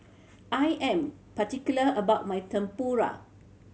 I am particular about my Tempura